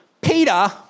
Peter